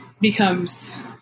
becomes